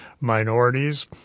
minorities